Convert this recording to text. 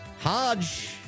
Hodge